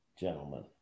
gentlemen